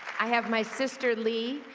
i have my sister, lee,